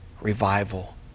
revival